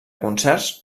concerts